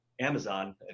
Amazon